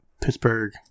Pittsburgh